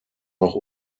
auch